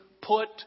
put